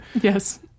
Yes